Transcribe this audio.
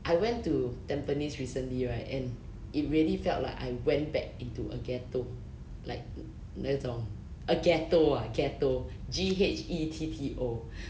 I went to tampines recently right and it really felt like I went back into a ghetto like that's all a ghetto ah ghetto G_H_E_T_T_O